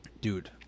Dude